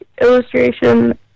illustration